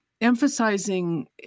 emphasizing